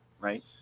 right